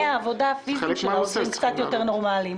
תנאי העבודה הפיזיים של העובדים צריכים להיות קצת יותר נורמליים.